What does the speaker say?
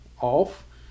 off